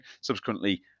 subsequently